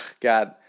God